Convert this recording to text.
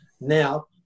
Now